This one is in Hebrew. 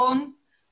העצמאיות שתלדנה,